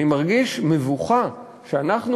אני מרגיש מבוכה שאנחנו,